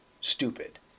stupid